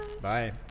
Bye